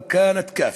ומתרגמם):